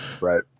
right